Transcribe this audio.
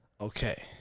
Okay